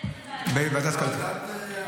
ועדת הכלכלה.